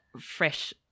fresh